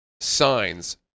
signs